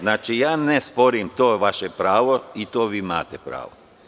Znači, ne sporim to je vaše pravo i na to imate pravo.